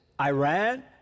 Iran